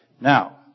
Now